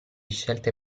scelte